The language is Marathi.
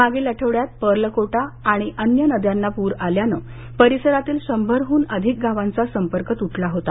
मागील आठवड्यात पर्लकोटा व अन्य नद्यांना पूर आल्याने परिसरातील शंभरहून अधिक गावांचा संपर्क तुटला होता